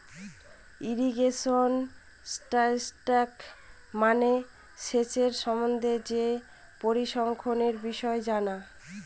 irrigation statistics মানে সেচের সম্বন্ধে যে পরিসংখ্যানের বিষয় জানা